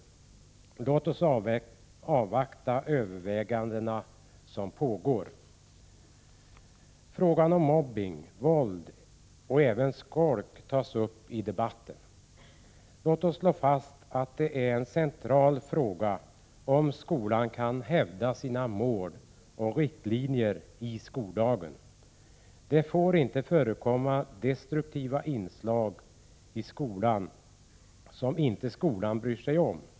Men låt oss alltså avvakta de överväganden som pågår. Frågan om mobbning, våld och även skolk tas upp i debatten. Låt oss slå fast att det är en central fråga för att skolan skall kunna hävda skollagens mål och riktlinjer. Det får inte förekomma destruktiva inslag i skolan som skolan inte bryr sig om.